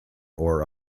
ore